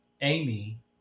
Amy